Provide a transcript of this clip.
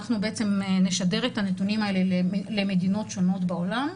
אנחנו נשדר את הנתונים האלה למדינות שונות בעולם,